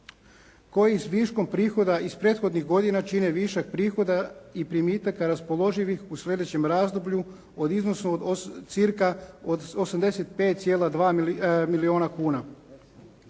koji s viškom prihoda iz prethodnih godina čine višak prihoda i primitaka raspoloživih u sljedećem razdoblju od iznosu od cca. od 85.2 milijuna kuna.